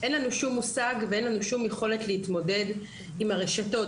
אין לנו שום מושג ואין לנו שום יכולת להתמודד עם הרשתות,